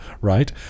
right